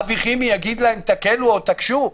אבי חימי יגיד להם תקלו או תקשו?